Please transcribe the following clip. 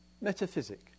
metaphysic